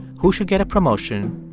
who should get a promotion,